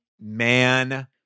Man